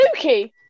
Suki